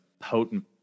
potent